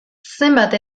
zenbat